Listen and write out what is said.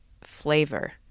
flavor